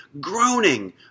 groaning